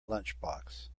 lunchbox